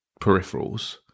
peripherals